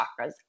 chakras